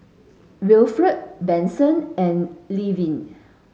Winfred Benson and Levie